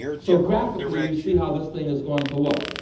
so graphically, you see how this thing is going to look.